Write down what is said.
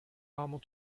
rarement